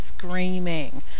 Screaming